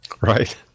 Right